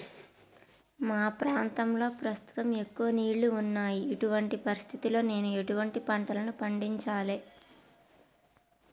మా ప్రాంతంలో ప్రస్తుతం ఎక్కువ నీళ్లు ఉన్నాయి, ఇటువంటి పరిస్థితిలో నేను ఎటువంటి పంటలను పండించాలే?